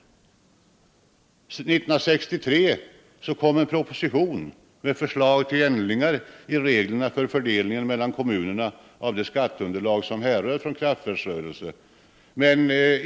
1963 kom en proposition med förslag till ändringar i reglerna för fördelningen mellan kommunerna av det skatteunderlag som härrör från kraftverksrörelse.